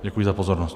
Děkuji za pozornost.